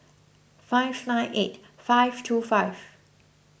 five nine eight five two five